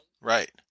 Right